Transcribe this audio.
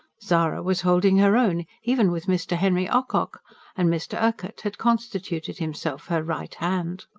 zara was holding her own, even with mr. henry ocock and mr. urquhart had constituted himself her right hand.